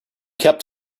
kept